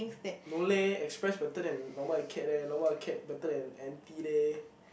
no leh express better than normal acad leh normal acad better than N_P leh